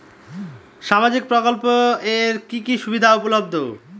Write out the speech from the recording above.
সামাজিক প্রকল্প এর কি কি সুবিধা উপলব্ধ?